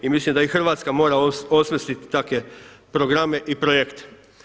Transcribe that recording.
I mislim da i Hrvatska mora osmisliti takve programe i projekte.